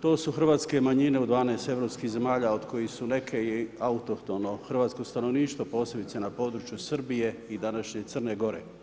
to su hrvatske manjine u 12 europskih zemalja od kojih su i neke autohtono hrvatsko stanovništvo, posebice na području Srbije i današnje Crne Gore.